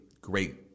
great